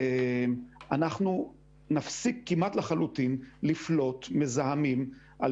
אנחנו נפסיק כמעט לחלוטין לפלוט מזהמים על